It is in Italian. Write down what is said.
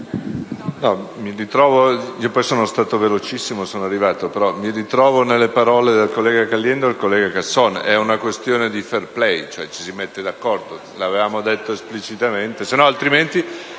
mi ritrovo nelle parole del collega Caliendo e del collega Casson. È una questione di *fair play*: ci si mette d'accordo, lo avevamo detto esplicitamente. Altrimenti,